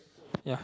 ya